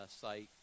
site